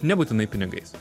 nebūtinai pinigais